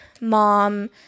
mom